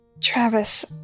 Travis